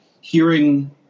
hearing